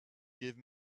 give